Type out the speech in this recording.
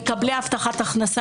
היא מיועדת למקבלי הבטחת הכנסה,